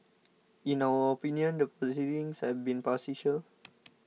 in our opinion the proceedings have been farcical